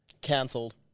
Cancelled